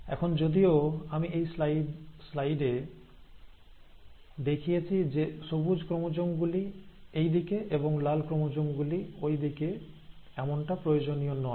এখন যদিও আমি এই স্লাইডে দেখিয়েছি যে সবুজ ক্রোমোজোম গুলি এই দিকে এবং লাল ক্রোমোজোম গুলি ওইদিকে এমনটা প্রয়োজনীয় নয়